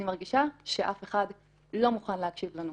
אני מרגישה שאף אחד לא מוכן להקשיב לנו.